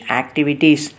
activities